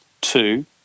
Two